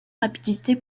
rapidité